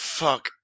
fuck